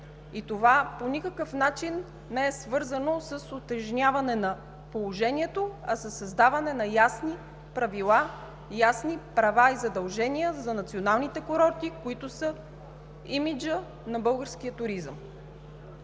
Това по никакъв начин не е свързано с утежняване на положението, а със създаване на ясни правила, ясни права и задължения за националните курорти, които са имиджът на българския туризъм.